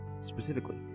specifically